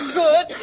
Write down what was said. good